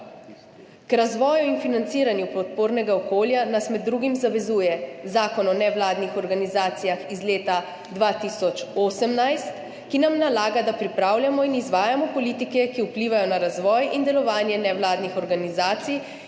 K razvoju in financiranju podpornega okolja nas med drugim zavezuje Zakon o nevladnih organizacijah iz leta 2018, ki nam nalaga, da pripravljamo in izvajamo politike, ki vplivajo na razvoj in delovanje nevladnih organizacij